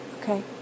Okay